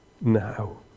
now